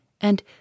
and